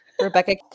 Rebecca